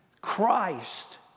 Christ